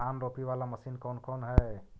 धान रोपी बाला मशिन कौन कौन है?